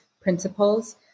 principles